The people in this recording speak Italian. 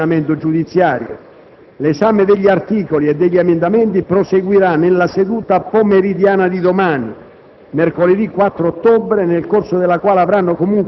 dell'efficacia di disposizioni dell'ordinamento giudiziario. Se necessario**,** l'esame degli articoli e degli emendamenti proseguirà nella seduta pomeridiana di domani,